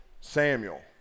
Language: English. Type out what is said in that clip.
Samuel